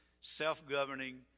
self-governing